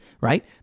right